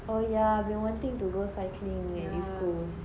oh yeah been wanting to go cycling at east coast